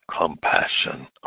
Compassion